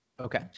Okay